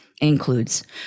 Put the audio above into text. includes